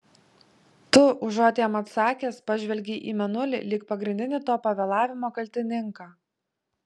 tu užuot jam atsakęs pažvelgei į mėnulį lyg pagrindinį to pavėlavimo kaltininką